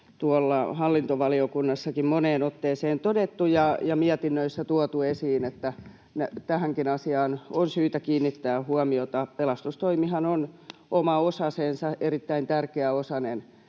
tuolla hallintovaliokunnassakin moneen otteeseen todettu ja mietinnöissä tuotu esiin, että tähänkin asiaan on syytä kiinnittää huomiota. Pelastustoimihan on oma osasensa, erittäin tärkeä osanen,